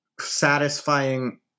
satisfying